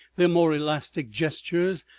their more elastic gestures,